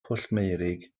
pwllmeurig